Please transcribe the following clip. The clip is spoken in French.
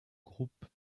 groupe